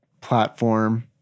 platform